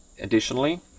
additionally